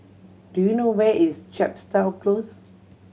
do you know where is Chepstow Close